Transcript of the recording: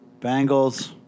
Bengals